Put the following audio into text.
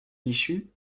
bichu